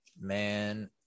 man